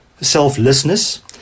selflessness